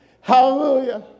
Hallelujah